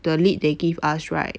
the lead they give us right